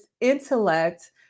intellect